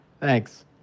Thanks